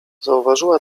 zauważyła